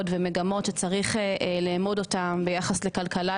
ומגמות שצריך לאמוד אותן ביחס לכלכלה,